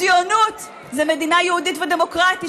ציונות זה מדינה יהודית ודמוקרטית,